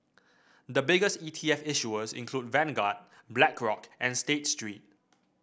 the biggest E T F issuers include Vanguard Black Rock and State Street